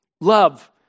love